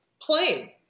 playing